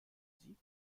sie